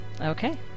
Okay